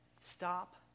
stop